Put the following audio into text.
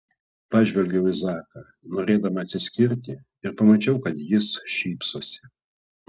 pažvelgiau į zaką norėdama atsikirsti ir pamačiau kad jis šypsosi